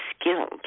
skilled